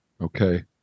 Okay